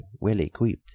well-equipped